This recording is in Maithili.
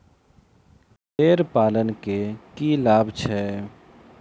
भेड़ पालन केँ की लाभ छै?